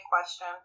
question